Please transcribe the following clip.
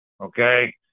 Okay